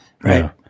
Right